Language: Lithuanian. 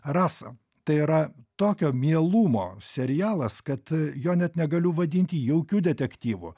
rasa tai yra tokio mielumo serialas kad a jo net negaliu vadinti jaukiu detektyvu